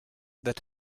that